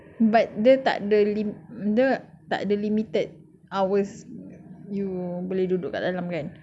but dia tak ada lim~ dia tak ada limited hours you boleh duduk dekat dalam kan